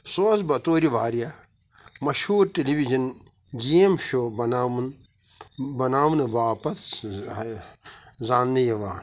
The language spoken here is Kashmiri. سُہ اوس بطور واریاہ مشہور ٹیلی وِژَن گیم شوٚو بناوُن بناونہٕ باپتھ زاننہٕ یوان